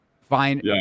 fine